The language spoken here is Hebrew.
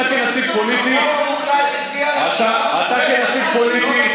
אתה כנציג פוליטי, עכשיו, אתה כנציג פוליטי,